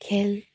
খেল